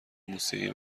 موسیقی